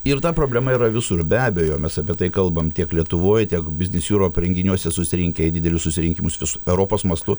ir ta problema yra visur be abejo mes apie tai kalbam tiek lietuvoj tiek biznis jūrop renginiuose susirinkę į didelius susirinkimus vis europos mastu